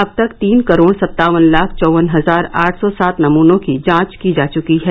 अब तक तीन करोड़ सत्तावन लाख चौवन हजार आठ सौ सात नमूनों की जांच की जा च्की है